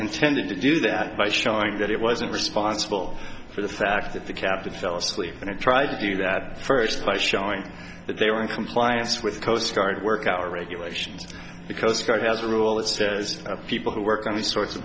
intended to do that by showing that it wasn't responsible for the fact that the captain fell asleep when i tried to do that first place showing that they were in compliance with coastguard work out regulations because god has a rule that says people who work on the source of